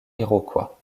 iroquois